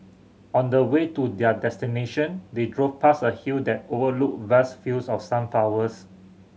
on the way to their destination they drove past a hill that overlooked vast fields of sunflowers